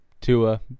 Tua